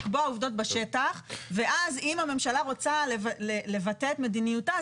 לקבוע עובדות בשטח ואז אם הממשלה רוצה לבטא את מדיניותה,